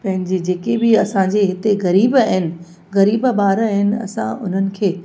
ऐं जीअं जेके बि असांजे हिते ग़रीब आहिनि ग़रीब ॿार आहिनि असां उन्हनि खे